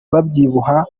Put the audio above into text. babyibuha